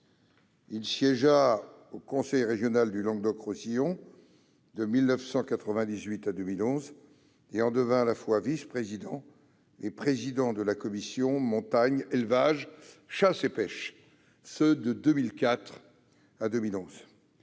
Il siégea au conseil régional du Languedoc-Roussillon de 1998 à 2011 et en devint à la fois vice-président et président de la commission « Montagne-élevage, chasse et pêche » de 2004 à 2011.